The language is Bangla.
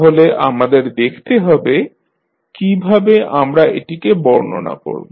তাহলে আমাদের দেখতে হবে কীভাবে আমরা এটিকে বর্ণনা করব